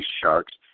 Sharks